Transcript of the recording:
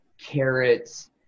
carrots